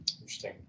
Interesting